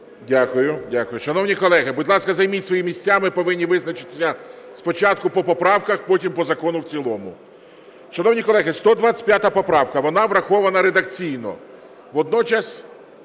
Дякую. Шановні колеги, будь ласка, займіть свої місця, ми повинні визначитися спочатку по поправках, потім по закону в цілому. Шановні колеги, 125 поправка, вона врахована редакційно, водночас,